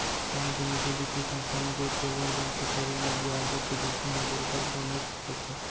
कोनो भी निजी बित्तीय संस्था म जुड़के लेन देन के करे म बियाज दर के जोखिम ह बरोबर बनेच रथे